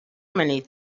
many